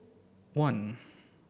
one